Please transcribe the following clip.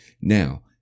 Now